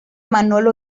manolo